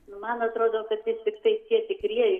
man atrodo kad vis tiktai tie tikrieji